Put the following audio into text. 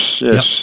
yes